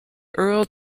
earl